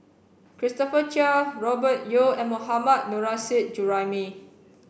Christopher Chia Robert Yeo and Mohammad Nurrasyid Juraimi